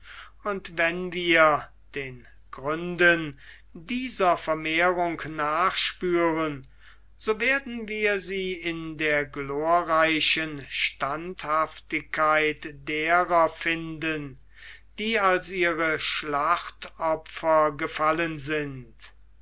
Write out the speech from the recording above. und wenn wir den gründen dieser vermehrung nachspüren so werden wir sie in der glorreichen standhaftigkeit derer finden die als ihre schlachtopfer gefallen sind